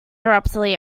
abruptly